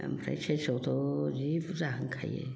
ओमफ्राय सेरसेआवथ' जि बुरजा होनखायो